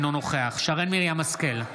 אינו נוכח שרן מרים השכל,